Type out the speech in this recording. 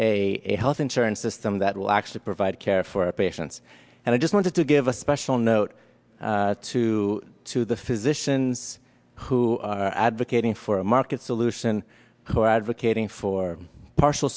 a health insurance system that will actually provide care for our patients and i just wanted to give a special note to to the physicians who are advocating for a market solution or advocating for partial